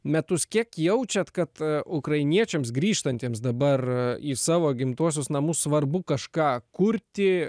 metus kiek jaučiat kad ukrainiečiams grįžtantiems dabar į savo gimtuosius namus svarbu kažką kurti